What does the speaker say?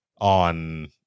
On